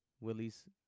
Willie's